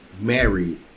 married